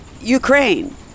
Ukraine